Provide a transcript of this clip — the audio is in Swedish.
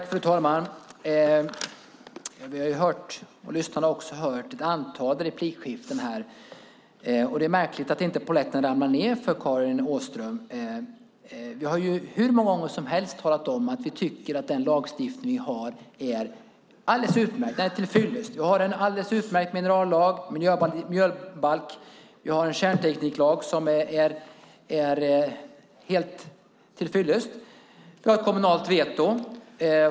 Fru talman! Vi har hört, och lyssnarna har också hört, ett antal replikskiften här. Det är märkligt att polletten inte ramlar ned för Karin Åström. Vi har ju hur många gånger som helst talat om att vi tycker att den lagstiftning vi har är alldeles utmärkt. Den är tillfyllest. Vi har en alldeles utmärkt minerallag och miljöbalk. Vi har en kärntekniklag som är helt tillfyllest. Vi har ett kommunalt veto.